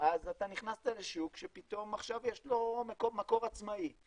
אז אתה נכנסת לשוק שפתאום עכשיו יש לו מקור עצמאי.